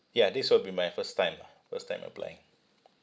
ya this will be my first time lah first time applying